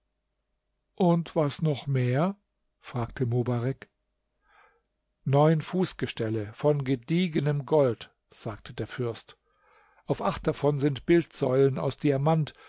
und was noch mehr fragte mobarek neun fußgestelle von gediegenem gold sagte der fürst auf acht davon sind bildsäulen aus diamant